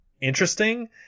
interesting